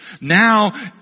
now